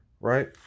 right